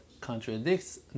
contradicts